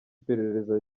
iperereza